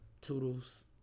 toodles